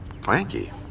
Frankie